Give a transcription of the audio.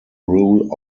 rule